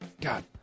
God